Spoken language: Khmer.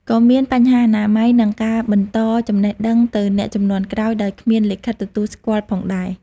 ក៏មានបញ្ហាអនាម័យនិងការបន្តចំណេះដឹងទៅអ្នកជំនាន់ក្រោយដោយគ្មានលិខិតទទួលស្គាល់ផងដែរ។